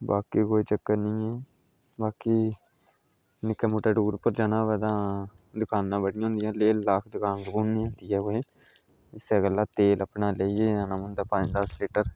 बाकी कोई चक्कर नी ऐ बाकी निक्के मुट्टे टूअर उप्पर जाना होवे तां दकानां बड़ियां होंदियां लेह लद्दाख दकान दकून नी हुंदी ऐ इस्सै गल्ला तेल अपने लेइयै जाना पौंदा पंज दस्स लीटर